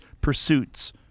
pursuits